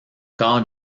cadre